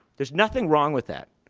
there's nothing wrong with that.